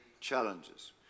challenges